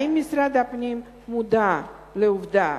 האם משרד הפנים מודע לעובדה